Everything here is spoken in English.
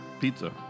Pizza